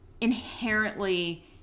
inherently